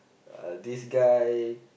uh this guy